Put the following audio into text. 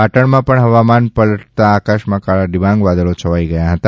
પાટણમાં પણ હવામાન પલટાતા આકાશમાં કાળા ડિબાંગ વાદળો છવાઈ ગયા હતા